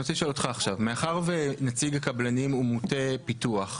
מאחר שנציג הקבלנים הוא מוטה פיתוח,